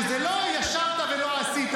שזה לא ישבת ולא עשית,